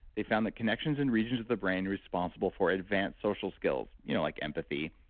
they found that connections in regions of the brain responsible for advanced social skills you know like empathy,